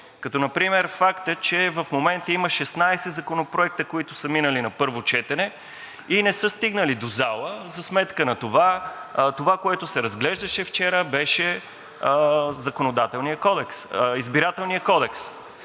като например факта, че в момента има 16 законопроекта, които са минали на първо четене и не са стигнали до залата. За сметка на това, това, което се разглеждаше вчера, беше Избирателният кодекс.